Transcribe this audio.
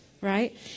right